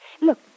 Look